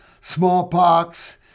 smallpox